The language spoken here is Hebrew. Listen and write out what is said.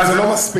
אבל זה לא מספיק,